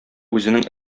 үзенең